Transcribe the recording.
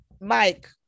mike